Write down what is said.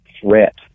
threat